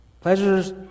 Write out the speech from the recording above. Pleasures